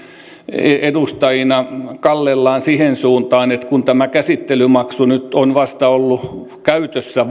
edustajina kallellaan siihen suuntaan että kun tämä käsittelymaksu nyt on ollut käytössä